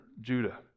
Judah